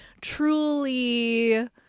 truly